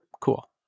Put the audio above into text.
cool